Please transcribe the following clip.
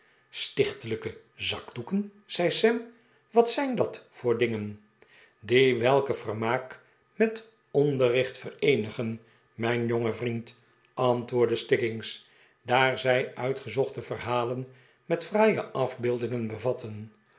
stichtelijke zakdoeken zei sam wat zijn dat voor dingen die welke vermaak met onderricht vereenigen mijn jonge vriend antwoordde stiggings daar zij uitgezochte verhalen met fraaie afbeeldingen bevatten